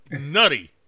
nutty